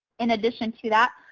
in addition to that,